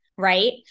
right